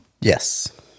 Yes